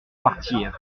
partir